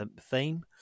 theme